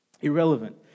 Irrelevant